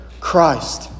Christ